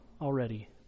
already